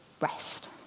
rest